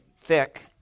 thick